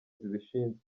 zibishinzwe